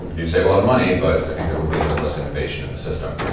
you'd save a lot of money. but i think there would be a little less innovation in the system.